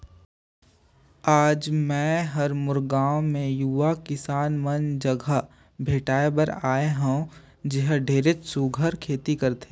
आज मैं हर मोर गांव मे यूवा किसान मन जघा भेंटाय बर आये हंव जेहर ढेरेच सुग्घर खेती करथे